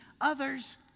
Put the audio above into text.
Others